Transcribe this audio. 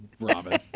Robin